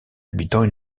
habitants